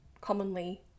commonly